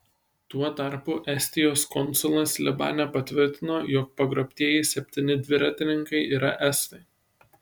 tuo tarpu estijos konsulas libane patvirtino jog pagrobtieji septyni dviratininkai yra estai